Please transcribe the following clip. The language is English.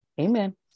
Amen